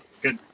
good